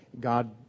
God